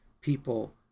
people